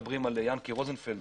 כולם מדברים על יענקי רוזנפלד.